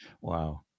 Wow